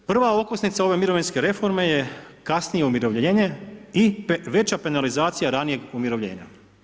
Prva okosnica ove mirovinske reforme je kasnije umirovljenje i veća penalizacija ranijeg umirovljenja.